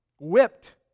Whipped